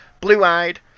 blue-eyed